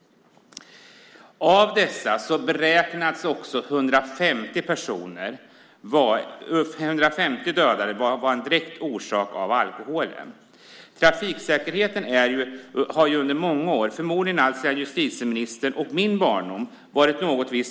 Man beräknar att 150 av dessa dödats direkt orsakat av alkohol. Trafiksäkerhet har vi ju varit väldigt duktiga på i Sverige under många år, förmodligen sedan justitieministerns och min barndom.